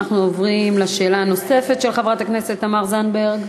אנחנו עוברים לשאלה הנוספת של חברת הכנסת תמר זנדברג.